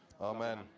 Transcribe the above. Amen